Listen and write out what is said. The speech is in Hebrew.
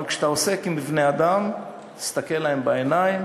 אבל כשאתה עוסק עם בני-אדם, תסתכל להם בעיניים